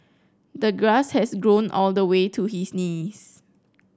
the grass has grown all the way to his knees